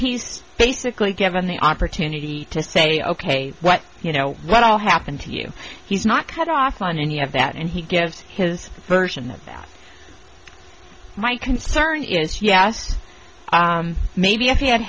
he's basically given the opportunity to say ok what you know what'll happen to you he's not cut off on any of that and he gives his version of that my concern is yes maybe if he had